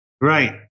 Right